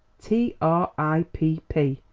t r i p p,